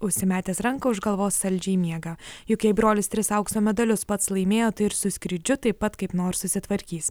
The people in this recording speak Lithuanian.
užsimetęs ranką už galvos saldžiai miega juk jei brolis tris aukso medalius pats laimėjo tai ir su skrydžiu taip pat kaip nors susitvarkys